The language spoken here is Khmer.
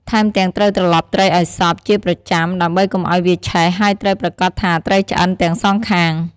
ថែមទាំងត្រូវត្រឡប់ត្រីឲ្យសព្វ ជាប្រចាំដើម្បីកុំឲ្យវាឆេះ ហើយត្រូវប្រាកដថាត្រីឆ្អិនទាំងសងខាង។